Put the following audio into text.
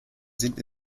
sind